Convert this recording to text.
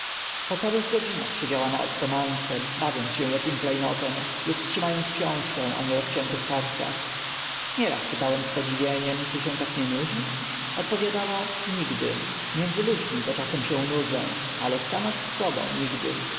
po całych godzinach siedziała na otomance bawiąc się akim kle notem lub trzyma ąc książkę o nie rozciętych kartkach nieraz pytałem z podziwieniem czy się tak nie nudzi odpowiadała nigdy między ludźmi to czasem się nudzę ale sama z sobą nigdy